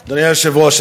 השרה שקד,